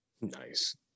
Nice